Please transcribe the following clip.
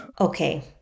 Okay